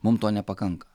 mum to nepakanka